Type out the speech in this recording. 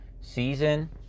season